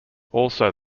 also